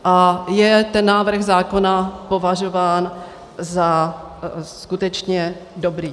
A je ten návrh zákona považován za skutečně dobrý.